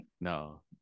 no